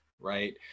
right